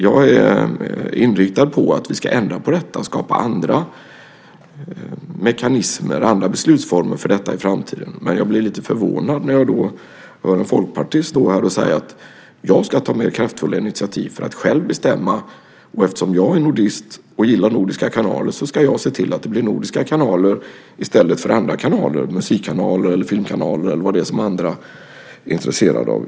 Jag är inriktad på att vi ska ändra på detta och skapa andra mekanismer och beslutsformer för detta i framtiden, men jag blir lite förvånad när jag då hör en folkpartist stå här och säga att jag ska ta mer kraftfulla initiativ för att själv bestämma, och eftersom jag är nordist och gillar nordiska kanaler så ska jag se till att det blir nordiska kanaler i stället för andra kanaler - musikkanaler, filmkanaler eller vad det är som andra är intresserade av.